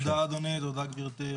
תודה אדוני, תודה גברתי.